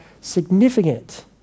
significant